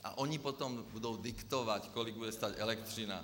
A oni potom budou diktovat, kolik bude stát elektřina.